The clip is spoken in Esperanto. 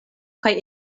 kaj